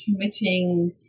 committing